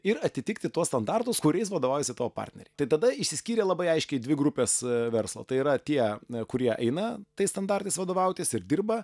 ir atitikti tuos standartus kuriais vadovaujasi tavo partneriai tai tada išsiskyrė labai aiškiai į dvi grupes verslo tai yra tie kurie eina tais standartais vadovautis ir dirba